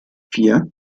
vier